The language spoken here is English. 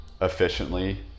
efficiently